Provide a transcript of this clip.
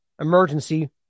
emergency